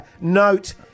Note